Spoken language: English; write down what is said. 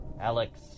Alex